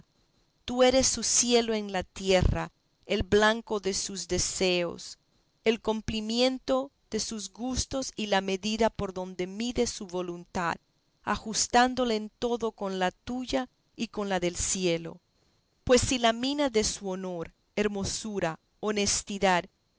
tú eres su cielo en la tierra el blanco de sus deseos el cumplimiento de sus gustos y la medida por donde mide su voluntad ajustándola en todo con la tuya y con la del cielo pues si la mina de su honor hermosura honestidad